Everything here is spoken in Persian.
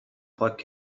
پاک